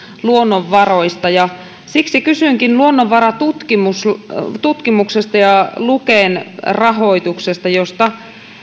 luonnonvaroja ja ja siksi kysynkin luonnonvaratutkimuksesta ja luken rahoituksesta josta